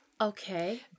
Okay